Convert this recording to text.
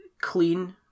clean